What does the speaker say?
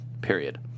Period